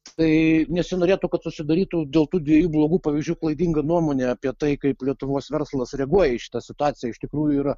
tai nesinorėtų kad susidarytų dėl tų dviejų blogų pavyzdžių klaidinga nuomonė apie tai kaip lietuvos verslas reaguoja į šitą situaciją iš tikrųjų yra